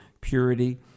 purity